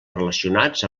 relacionats